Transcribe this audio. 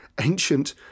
ancient